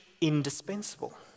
indispensable